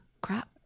crap